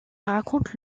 raconte